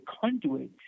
conduit